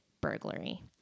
burglary